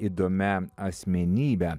įdomia asmenybe